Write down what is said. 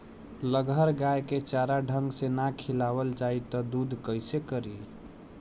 लगहर गाय के चारा ढंग से ना खियावल जाई त दूध कईसे करी